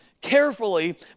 carefully